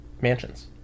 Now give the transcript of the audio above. mansions